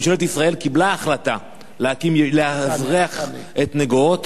ממשלת ישראל קיבלה החלטה לאזרח את נגוהות,